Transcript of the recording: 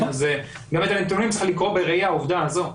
אז באמת את הנתונים צריך לקרוא בראי העובדה הזו.